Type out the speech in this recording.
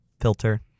filter